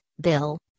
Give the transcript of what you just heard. Bill